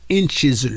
inches